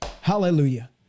Hallelujah